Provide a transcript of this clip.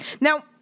Now